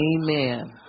amen